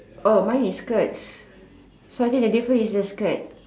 oh mine is skirt so I think the difference is the skirt